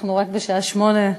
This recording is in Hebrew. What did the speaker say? אנחנו רק בשעה 20:00,